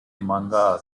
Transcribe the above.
manga